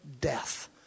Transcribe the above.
death